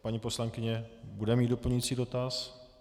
Paní poslankyně bude mít doplňující dotaz.